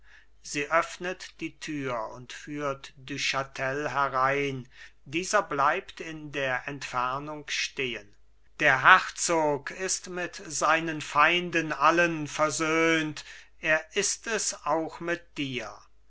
sie öffnet die tür und führt du chatel herein dieser bleibt in der entfernung stehen der herzog ist mit seinen feinden allen versöhnt er ist es auch mit dir